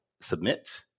Submit